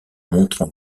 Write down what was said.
montrant